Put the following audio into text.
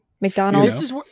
McDonald's